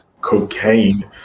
cocaine